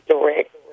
Direct